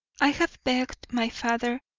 i have begged my father,